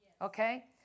Okay